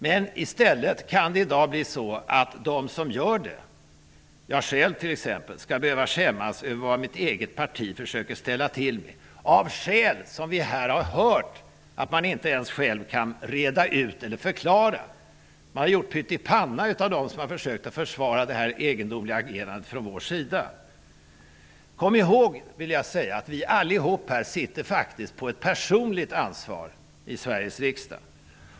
Men i stället kan det i dag bli så att de som står för träffat avtal -- t.ex. jag själv -- får skämmas över över vad det egna partiet försöker ställa till med. Vi har här hört att man inte ens själv kan reda ut eller förklara skälen till sitt agerande. Man har gjort pytt i panna av dem som har försökt att försvara detta egendomliga agerande från vår sida. Kom ihåg att vi allihop sitter här med ett personligt ansvar i Sveriges riksdag!